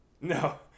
No